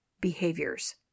behaviors